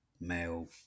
male